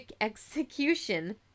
execution